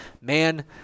Man